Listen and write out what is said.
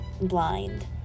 blind